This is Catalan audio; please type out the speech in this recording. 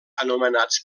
anomenats